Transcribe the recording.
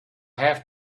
have